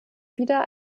wieder